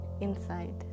inside